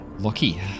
Lucky